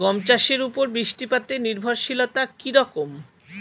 গম চাষের উপর বৃষ্টিপাতে নির্ভরশীলতা কী রকম?